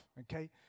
Okay